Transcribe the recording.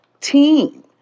team